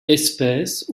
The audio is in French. espèces